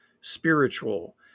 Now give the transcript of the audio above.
spiritual